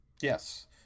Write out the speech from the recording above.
yes